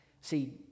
See